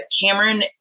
Cameron